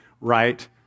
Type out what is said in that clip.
right